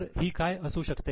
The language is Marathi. तर ही काय असू शकते